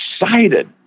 excited